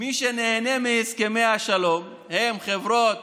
מי שנהנה מהסכמי השלום הן חברות